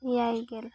ᱮᱭᱟᱭ ᱜᱮᱞ